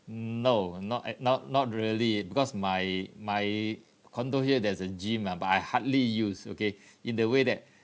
mm no not at not not really because my my condo here there's a gym lah but I hardly use okay in the way that